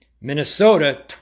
Minnesota